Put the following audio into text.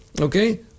Okay